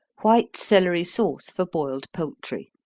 white celery sauce for boiled poultry.